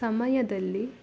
ಸಮಯದಲ್ಲಿ